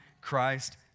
Christ